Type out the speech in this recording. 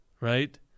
right